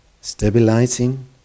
stabilizing